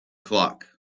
clock